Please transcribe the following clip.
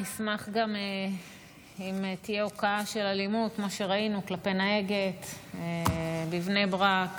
אני אשמח גם אם תהיה הוקעה של אלימות כמו שראינו כלפי נהגת בבני ברק.